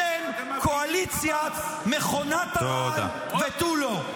אתם קואליציה מכונת הרעל ותו לא.